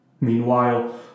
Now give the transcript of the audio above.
meanwhile